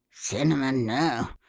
cinnamon, no!